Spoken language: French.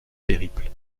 périple